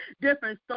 different